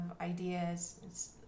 ideas